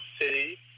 city